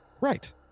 Right